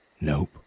Nope